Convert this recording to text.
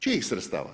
Čijih sredstava?